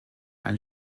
eine